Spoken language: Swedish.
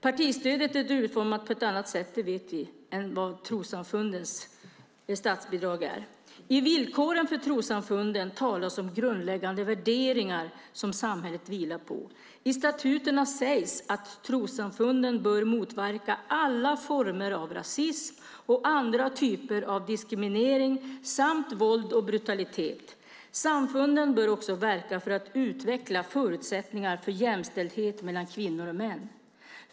Partistödet är utformat på ett annat sätt, det vet vi, än trossamfundens statsbidrag. I villkoren för trossamfunden talas om grundläggande värderingar som samhället vilar på. I statuterna sägs att trossamfunden bör motverka alla former av rasism och andra typer av diskriminering samt våld och brutalitet. Samfunden bör också verka för att utveckla förutsättningar för jämställdhet mellan kvinnor och män.